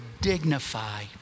dignify